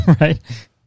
right